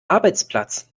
arbeitsplatz